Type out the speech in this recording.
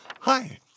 Hi